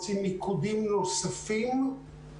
סדר-היום נושא בוער שמטריד המון אנשים,